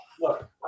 Look